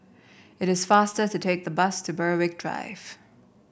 it is faster to take the bus to Berwick Drive